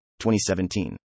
2017